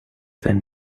than